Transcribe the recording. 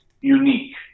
unique